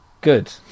good